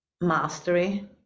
mastery